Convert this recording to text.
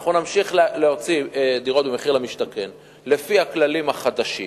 אנחנו נמשיך להוציא דירות במחיר למשתכן לפי הכללים החדשים,